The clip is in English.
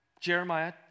Jeremiah